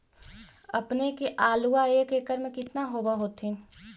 अपने के आलुआ एक एकड़ मे कितना होब होत्थिन?